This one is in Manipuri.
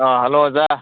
ꯑꯥ ꯍꯜꯂꯣ ꯑꯣꯖꯥ